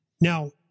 now